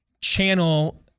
channel